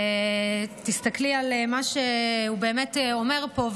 הסתכלי על מה שהוא אומר פה,